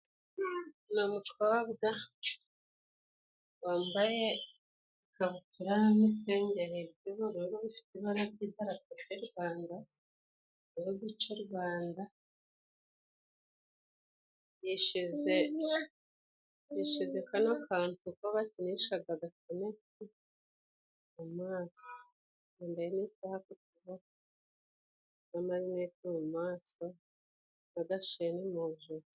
Ni umukobwa wambaye ikabutura n'isengeri by'ubururu bifite ibara ry'idarapo ry'u Rwanda, Igihugu c'u Rwanda, yishize kano kantu ko bakinishaga agatenesi mu maso. Yambaye n'isaha ku kuboko n'amarineti mu maso n'agasheni mu josi.